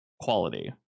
quality